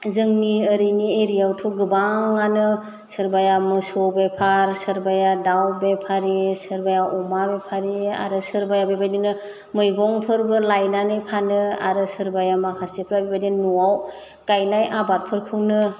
जोंनि ओरैनि एरियावथ' गोबाङानो सोरबाया मोसौ बेफार सोरबाया दाउ बेफारि सोरबाया अमा बेफारि आरो सोरबाया बेबायदिनो मैगंफोरबो लायनानै फानो आरो सोरबाया माखासेफ्रा बेबायदिनो न'वाव गायनाय आबादफोरखौनो